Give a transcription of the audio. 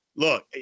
Look